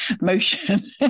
motion